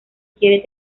quiere